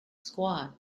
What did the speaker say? squad